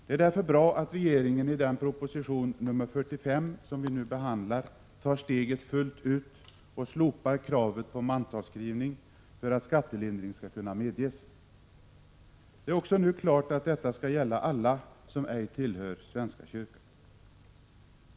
Det är därför bra att regeringen i proposition nr 45, som vi nu behandlar, tar steget fullt ut och slopar kravet på mantalsskrivning för att skattelindring skall kunna medges. Det är nu också klart att detta skall gälla alla som ej tillhör svenska kyrkan.